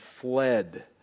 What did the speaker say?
fled